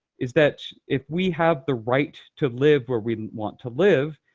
is that if we have the right to live where we want to live,